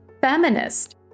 feminist